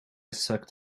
sucked